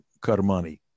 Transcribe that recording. Karmani